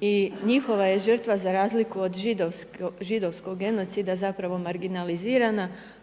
i njihova je žrtva za razliku od židovskog genocida marginalizirana.